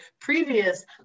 previous